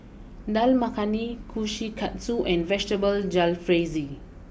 Dal Makhani Kushikatsu and Vegetable Jalfrezi